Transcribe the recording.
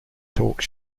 talk